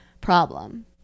problem